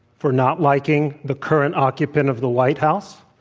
for not liking the current occupant of the white house?